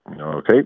Okay